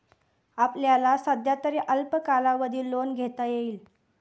आपल्याला सध्यातरी अल्प कालावधी लोन घेता येईल